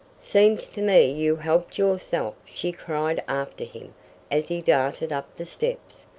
seems to me you helped yourself, she cried after him as he darted up the steps.